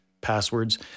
passwords